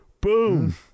boom